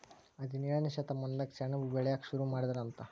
ಹದಿನೇಳನೇ ಶತಮಾನದಾಗ ಸೆಣಬ ಬೆಳಿಯಾಕ ಸುರು ಮಾಡಿದರಂತ